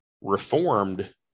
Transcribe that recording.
Reformed